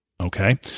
okay